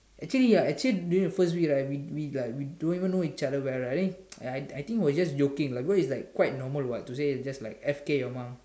actually ya actually during the first we right we we right we don't even know each other well right I think we are just joking lah because it's like quite normal what to say F K your mom